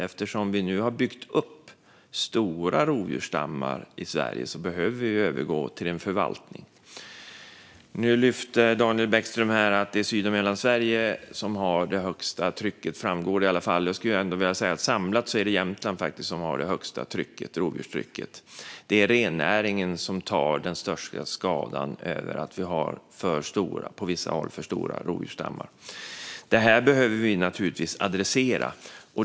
Eftersom vi nu har byggt upp stora rovdjursstammar i Sverige behöver vi övergå till förvaltning. Daniel Bäckström lyfte att det är Syd och Mellansverige som har det högsta trycket; det framgår i alla fall. Jag skulle ändå vilja säga att det samlat faktiskt är Jämtland som har det högsta rovdjurstrycket. Det är rennäringen som tar den största skadan av att vi på vissa håll har för stora rovdjursstammar. Detta behöver vi naturligtvis adressera.